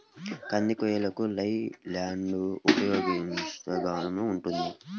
కంది కోయుటకు లై ల్యాండ్ ఉపయోగముగా ఉంటుందా?